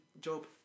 job